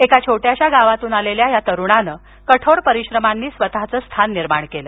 एका छोट्याश्या गावातून आलेल्या या तरुणांनं कठोर परिश्रमांनी स्वतःचे स्थान निर्माण केलं